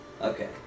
Okay